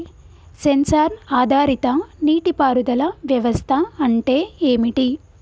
Censor ఆధారిత నీటి పారుదల వ్యవస్థ అంటే ఏమిటి?